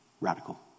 Radical